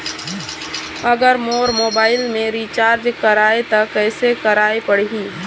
अगर मोर मोबाइल मे रिचार्ज कराए त कैसे कराए पड़ही?